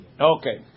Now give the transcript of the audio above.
Okay